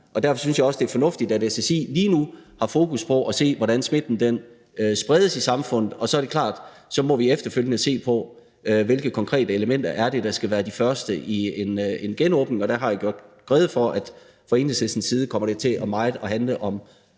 Derfor synes jeg også, det er fornuftigt, at SSI lige nu har fokus på at se på, hvordan smitten spredes i samfundet, og så er det klart, at vi efterfølgende må se på, hvilke konkrete elementer der skal være de første i en genåbning, og der har jeg gjort rede for, at det fra Enhedslistens side meget kommer til at handle om